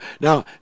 Now